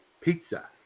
pizza